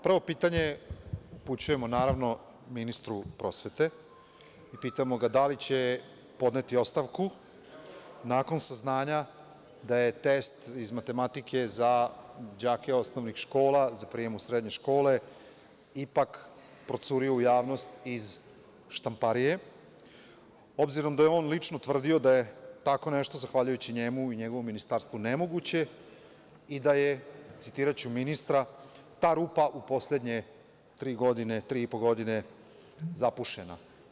Prvo pitanje upućujemo ministru prosvete i pitamo ga da li će podneti ostavku, nakon saznanja da je test iz matematike za đake osnovnih škola za prijem u srednje škole ipak procureo u javnost iz štamparije, obzirom da je on lično tvrdio da je tako nešto, zahvaljujući njemu i njegovom ministarstvu, nemoguće i da je, citiraću ministra, "ta rupa u poslednje tri i po godine zapušena"